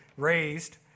raised